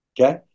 Okay